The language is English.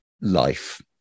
life